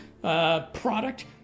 product